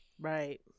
Right